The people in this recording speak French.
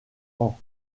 han